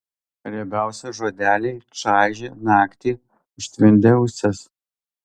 riebiausi žodeliai čaižė naktį užtvindė ausis